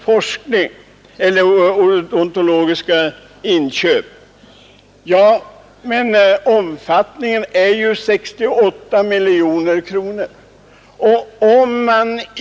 Ja, men nämndens upphandling uppgick ju förra året till 68 miljoner kronor.